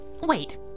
Wait